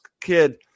kid